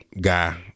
guy